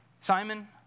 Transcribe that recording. Simon